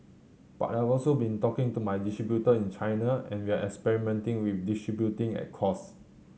but I've also been talking to my distributor in China and we're experimenting with distributing at cost